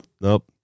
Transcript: nope